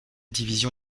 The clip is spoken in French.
division